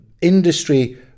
industry